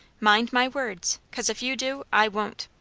mind my words. cause, if you do, i won't!